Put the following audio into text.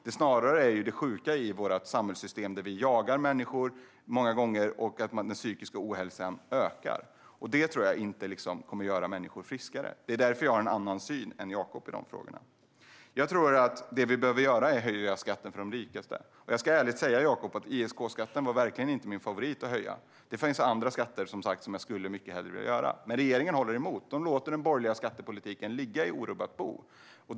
Det sjuka ligger snarare i vårt samhällssystem, där vi många gånger jagar människor och där den psykiska ohälsan ökar. Jag tror inte att det kommer att göra människor friskare, och det är därför jag har en annan syn än Jakob i dessa frågor. Jag tror att det vi behöver göra är att höja skatten för de rikaste. Jag ska ärligt säga, Jakob, att ISK-skatten verkligen inte var min favorit att höja. Det finns andra skatter som jag mycket hellre skulle vilja höja. Men regeringen håller emot och låter den borgerliga skattepolitiken ligga i orubbat bo.